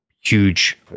huge